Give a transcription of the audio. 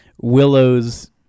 willow's